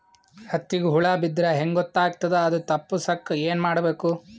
ಹತ್ತಿಗ ಹುಳ ಬಿದ್ದ್ರಾ ಹೆಂಗ್ ಗೊತ್ತಾಗ್ತದ ಅದು ತಪ್ಪಸಕ್ಕ್ ಏನ್ ಮಾಡಬೇಕು?